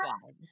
one